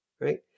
Right